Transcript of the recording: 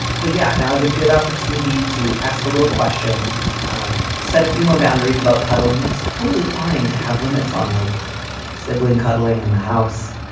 but yeah. now is a good opportunity to ask a little question um said a few more boundaries about cuddling. it's totally fine to have limits on like sibling cuddling in the house.